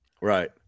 Right